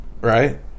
right